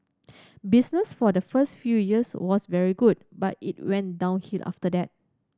business for the first few years was very good but it went downhill after that